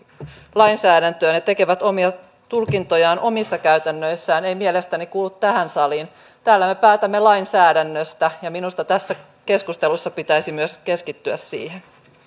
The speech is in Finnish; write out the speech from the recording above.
lainsäädäntöön ja tekevät omia tulkintojaan omissa käytännöissään ei mielestäni kuulu tähän saliin täällä me päätämme lainsäädännöstä ja minusta tässä keskustelussa pitäisi myös keskittyä siihen